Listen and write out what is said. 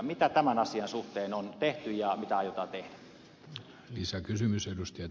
mitä tämän asian suhteen on tehty ja mitä aiotaan tehdä